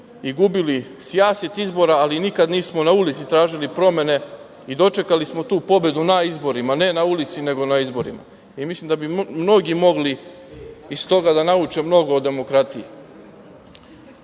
i gubili sijaset izbora, ali nikad nismo na ulici tražili promene. Dočekali smo tu pobedu na izborima, ne na ulici, nego na izborima. Mislim da bi mnogi mogli iz toga da nauče mnogo o demokratiji. Obzirom